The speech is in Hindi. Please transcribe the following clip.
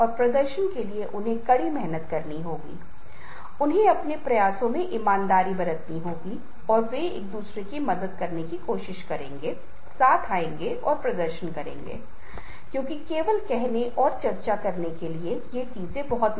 नेता के प्रकार के बजाय जो ऊर्जा को दूसरों से दूर चूसता है उस तरह के नेता होने का संकल्प करता है जो हर दिन कार्य स्थल पर जुनून और स्थिति को सकारात्मक ऊर्जा देने के लिए प्रयास करता है